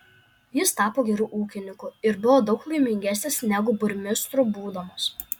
jis tapo geru ūkininku ir buvo daug laimingesnis negu burmistru būdamas